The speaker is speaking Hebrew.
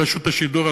ברשות השידור,